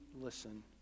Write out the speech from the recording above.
listen